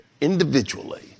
individually